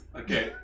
Okay